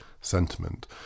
sentiment